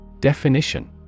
Definition